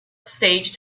stage